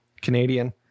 Canadian